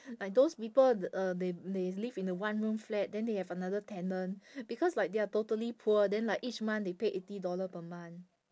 like those people uh they they live in a one room flat then they have another tenant because like they are totally poor then like each month they pay eighty dollar per month